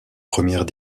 première